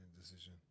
Decision